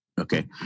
Okay